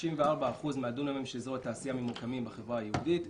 94% מהדונמים של אזורי התעשייה ממוקמים בחברה היהודית,